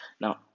now